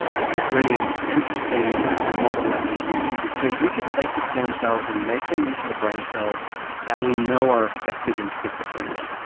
this was really an interesting model that we used because we could take the stem cells and make them into the brain cells that we know are affected in schizophrenia.